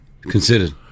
Considered